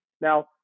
Now